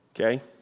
Okay